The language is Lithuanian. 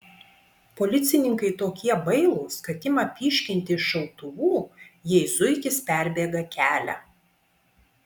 policininkai tokie bailūs kad ima pyškinti iš šautuvų jei zuikis perbėga kelią